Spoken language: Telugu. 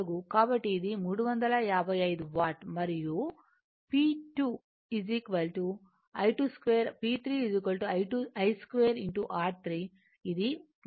కాబట్టి ఇది 355 వాట్ మరియు P 3 I 2 R3 ఇది 118 వాట్